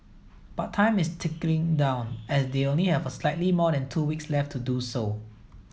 but time is ticking down as they only have slightly more than two weeks left to do so